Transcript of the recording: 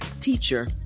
teacher